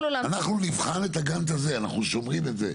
אנחנו נבחן את הגאנט הזה, אנחנו שומרים את זה.